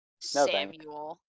Samuel